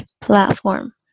platform